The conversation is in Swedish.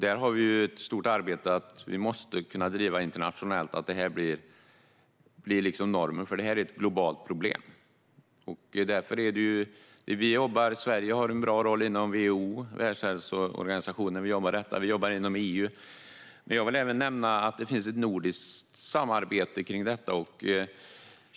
Där har vi ett stort arbete som vi måste driva internationellt för att detta ska bli normen, för det här är ett globalt problem. Sverige har en bra roll inom WHO, Världshälsoorganisationen, där vi jobbar med detta. Vi jobbar inom EU. Jag vill även nämna att det finns ett nordiskt samarbete kring detta.